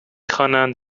خوانند